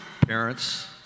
parents